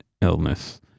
illness